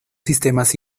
sistemas